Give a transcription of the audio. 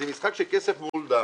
זה משחק של כסף מול דם.